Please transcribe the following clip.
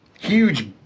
huge